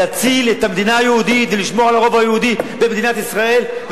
להציל את המדינה היהודית ולשמור על הרוב היהודי במדינת ישראל,